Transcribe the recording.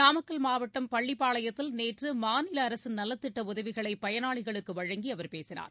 நாமக்கல் மாவட்டம் பள்ளிப்பாளையத்தில் நேற்று மாநில அரசின் நலத்திட்ட உதவிகளை பயனாளிகளுக்கு வழங்கி அவர் பேசினார்